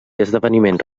esdeveniments